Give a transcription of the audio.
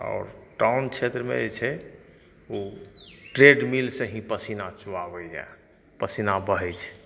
आओर टाउन क्षेत्रमे जे छै ओ ट्रेड मील से ही पसीना चुआबैए पसीना बहैत छै